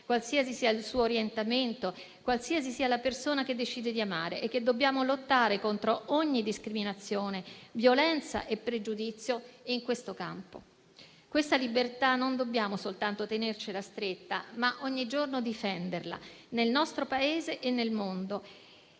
qualsiasi sia il suo orientamento, qualsiasi sia la persona che decide di amare, e che dobbiamo lottare contro ogni discriminazione, violenza e pregiudizio in questo campo. Questa libertà non dobbiamo soltanto tenercela stretta, ma ogni giorno difenderla nel nostro Paese e nel mondo: